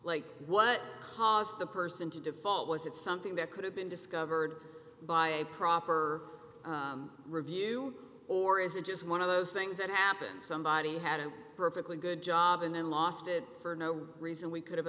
like what caused the person to default was it something that could have been discovered by a proper review or is it just one of those things that happened somebody had a perfectly good job and then lost it for no reason we could